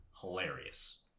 hilarious